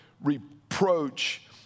reproach